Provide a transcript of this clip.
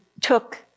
took